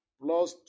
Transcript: plus